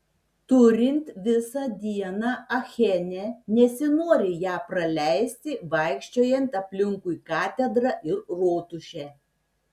turint visą dieną achene nesinori ją praleisti vaikščiojant aplinkui katedrą ir rotušę